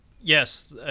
Yes